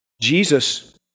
Jesus